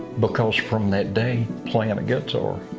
because from that day, playing and a guitar